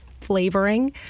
flavoring